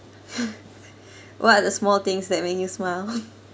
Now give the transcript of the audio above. what are the small things that make you smile